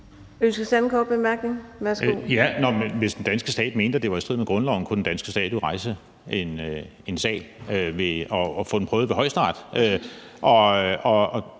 Hvis den danske stat mente, at det var i strid med grundloven, kunne den danske stat jo rejse en sag og få den prøvet ved Højesteret.